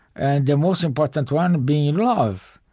and the most important one being love.